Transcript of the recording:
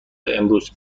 امروز